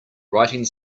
writing